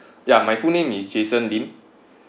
ya my full name is jason lim